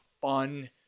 fun